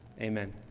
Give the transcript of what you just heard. Amen